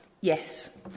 yes